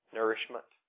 nourishment